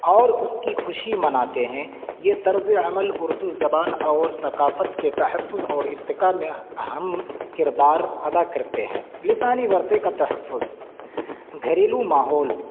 اور اس کی خوشی مناتے ہیں یہ طرز عمل اردو زبان اور ثقافت کے تحفظ اور ارتقاء میں اہم کردار ادا کرتے ہیں لسانی ورثے کا تحفظ گھریلو ماحول